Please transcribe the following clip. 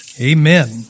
amen